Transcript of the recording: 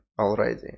already